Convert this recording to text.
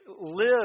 live